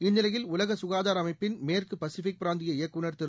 இந்நிலையில் உலக சுகாதார அமைப்பின் மேற்கு பசிபிக் பிராந்திய இயக்குநர் திரு